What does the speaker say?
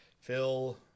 Phil